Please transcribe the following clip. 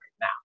now